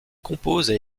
composent